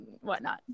whatnot